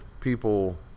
people